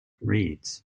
reeds